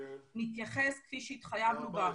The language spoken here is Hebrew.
נתייחס כפי שהתחייבנו ב-14,